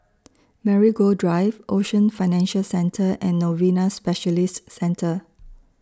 Marigold Drive Ocean Financial Centre and Novena Specialist Centre